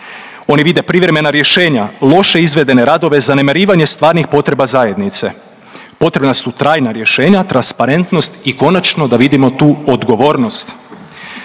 Oni vide privremena rješenja, loše izvedene radove, zanemarivanje stvarnih potreba zajednice, potrebna su trajna rješenja, transparentnost i konačno da vidimo tu odgovornost.